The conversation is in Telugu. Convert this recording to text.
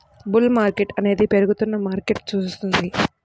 బుల్ మార్కెట్ అనేది పెరుగుతున్న మార్కెట్ను సూచిస్తుంది